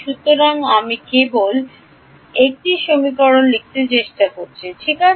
সুতরাং আমি কেবল একটি সমীকরণ লিখতে চেষ্টা করছি ঠিক আছে